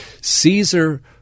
Caesar